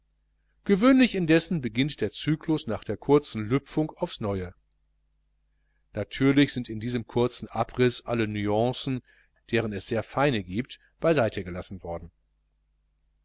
gewöhnlich indessen beginnt der cyklus nach der kurzen lüpfung aufs neue natürlich sind in diesem kurzen abriß alle nuancen deren es sehr feine giebt beiseite gelassen worden